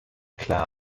klar